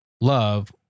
love